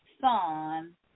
son